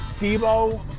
Debo